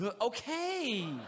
Okay